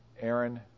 Aaron